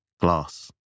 Glass